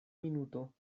minuto